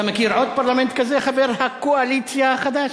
אתה מכיר עוד פרלמנט כזה, חבר הקואליציה החדש?